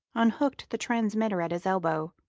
unhooked the transmitter at his elbow.